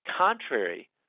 contrary